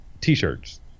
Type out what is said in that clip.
t-shirts